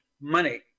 money